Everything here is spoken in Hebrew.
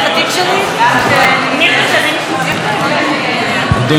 אדוני היושב-ראש,